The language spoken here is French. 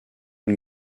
une